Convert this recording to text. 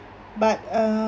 but uh